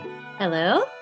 Hello